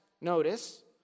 notice